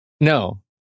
No